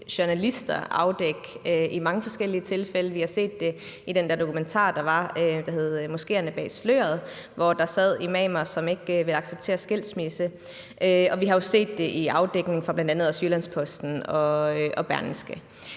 journalister afdække i mange forskellige tilfælde. Vi har set det i den der dokumentar, der var, der hed »Moskeerne bag sløret«, hvor der sad imamer, som ikke vil acceptere skilsmisse. Og vi har jo set det i afdækning fra bl.a. også Jyllands-Posten og Berlingske.